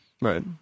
right